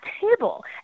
table